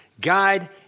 guide